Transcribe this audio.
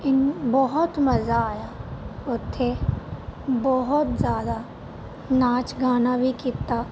ਇਨ ਬਹੁਤ ਮਜ਼ਾ ਆਇਆ ਉੱਥੇ ਬਹੁਤ ਜ਼ਿਆਦਾ ਨਾਚ ਗਾਣਾ ਵੀ ਕੀਤਾ